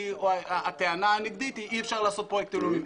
כי הטענה הנגדית היא שאי אפשר לעשות פרויקטים לאומיים.